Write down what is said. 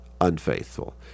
unfaithful